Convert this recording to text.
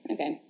Okay